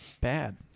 bad